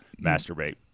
masturbate